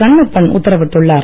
கண்ணப்பன் உத்தரவிட்டுள்ளார்